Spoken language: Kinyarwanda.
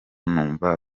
numva